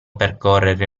percorrere